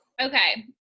Okay